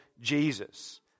Jesus